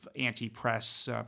anti-press